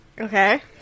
Okay